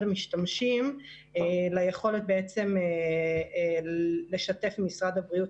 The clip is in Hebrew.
המשתמשים ליכולת לשתף עם משרד הבריאות,